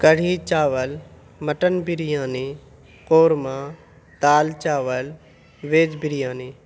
کڑھی چاول مٹن بریانی قورمہ دال چاول ویج بریانی